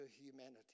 humanity